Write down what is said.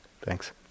thanks